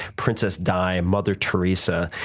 princess di, mother theresa.